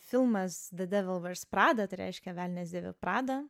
filmas the devil wears prada tai reiškia velnias dėvi prada